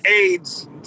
AIDS